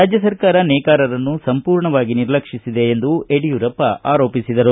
ರಾಜ್ಯ ಸರ್ಕಾರ ನೇಕಾರರನ್ನು ಸಂಪೂರ್ಣವಾಗಿ ನಿರ್ಲಕ್ಷಿಸಿದೆ ಎಂದು ಯಡಿಯೂರಪ್ಪ ಆರೋಪಿಸಿದರು